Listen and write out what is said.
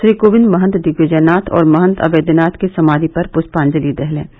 श्री कोविंद ने महंत दिग्विजयनाथ और महंत अवैद्यनाथ की समाधि पर प्ष्पांजलि अर्पित की